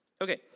Okay